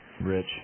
Rich